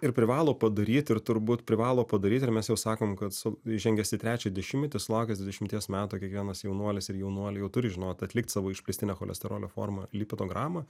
ir privalo padaryt ir turbūt privalo padaryti ir mes jau sakom kad su įžengęs į trečią dešimtmetį sulaukęs dvidešimties metų kiekvienas jaunuolis ir jaunuolė jau turi žinot atlikti savo išplėstinę cholesterolio formą lipidogramą